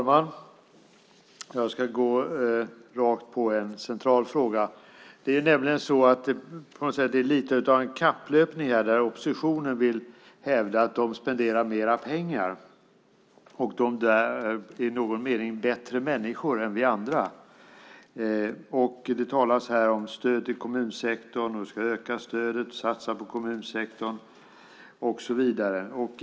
Fru talman! Jag ska gå rakt på en central fråga. Man kan nämligen säga att det är lite av en kapplöpning här. Oppositionen vill hävda att de spenderar mer pengar och att de i någon mening är bättre människor än vi andra. Det talas här om stödet till kommunsektorn. Man ska öka stödet, satsa på kommunsektorn och så vidare.